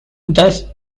thus